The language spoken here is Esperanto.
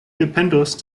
dependos